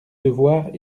devoir